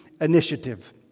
initiative